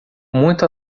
muito